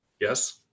Yes